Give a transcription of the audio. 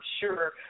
sure